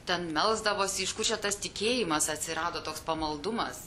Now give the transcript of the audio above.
ten melsdavosi iš kur čia tas tikėjimas atsirado toks pamaldumas